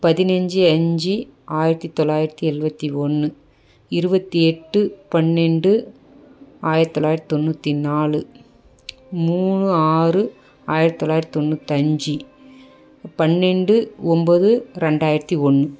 பதினஞ்சி அஞ்சு ஆயிரத்தி தொள்ளாயிரத்தி எழுபத்தி ஒன்று இருபத்தி எட்டு பன்னெண்டு ஆயிரத் தொள்ளாயிரத்தி தொண்ணூற்றி நாலு மூணு ஆறு ஆயிரத்தி தொள்ளாயிரத்தி தொண்ணூத்தஞ்சு பன்னெண்டு ஒம்பது ரெண்டாயிரத்தி ஒன்று